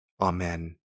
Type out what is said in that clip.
Amen